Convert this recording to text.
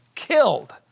killed